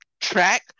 track